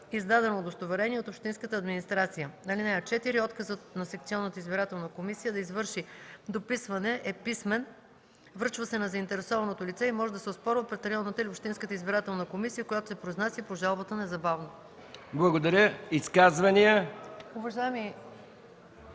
„издадено удостоверение от общинската администрация”. (4) Отказът на секционната избирателна комисия да извърши дописване е писмен, връчва се на заинтересованото лице и може да се оспорва пред районната или общинската избирателна комисия, която се произнася по жалбата незабавно.” ПРЕДСЕДАТЕЛ